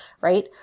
Right